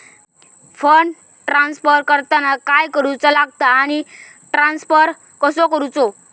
Fund transfer करताना काय करुचा लगता आनी ट्रान्स्फर कसो करूचो?